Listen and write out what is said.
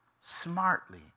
smartly